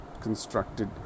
constructed